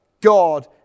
God